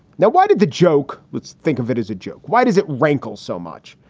now, why did the joke let's think of it as a joke. why does it rankle so much?